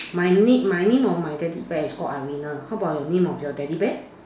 my name my name of my teddy bear is called arina how about your name of your teddy bear